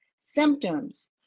symptoms